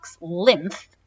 lymph